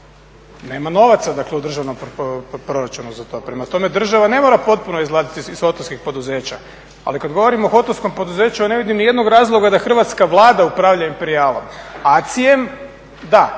Nema novaca u državnom proračunu za to. Prema tome država ne mora potpuno izlaziti iz hotelskih poduzeća, ali kada govorimo o hotelskom poduzeću ja ne vidim nijednog razloga da hrvatska Vlada upravlja Imperijalom. ACI-em da,